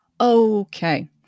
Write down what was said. Okay